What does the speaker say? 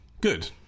good